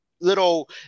little